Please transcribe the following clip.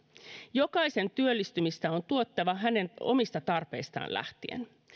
jokaisen työllistymistä on tuettava hänen omista tarpeistaan lähtien